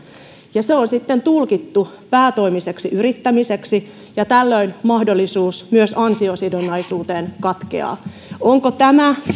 ja se on sitten tulkittu päätoimiseksi yrittämiseksi ja tällöin mahdollisuus myös ansiosidonnaisuuteen katkeaa onko tämä